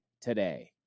today